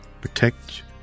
protect